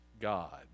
God